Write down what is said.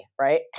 right